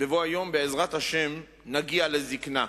בבוא היום, בעזרת השם, נגיע לזיקנה.